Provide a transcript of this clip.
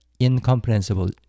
incomprehensible